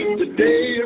today